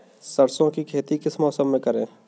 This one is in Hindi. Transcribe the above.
सरसों की खेती किस मौसम में करें?